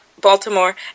Baltimore